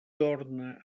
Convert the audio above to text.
torna